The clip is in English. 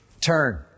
turn